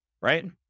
right